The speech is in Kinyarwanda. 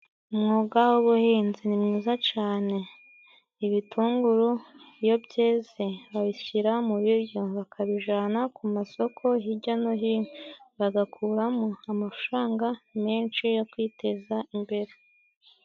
Umwuga w'ubuhinzi ni mwiza cane. Ibitunguru iyo byeze babishyira mu biryo bakabijana ku masoko hirya no hino, bagakuramo amafaranga menshi yo kwiteza imbere.